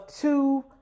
two